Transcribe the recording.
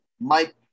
Mike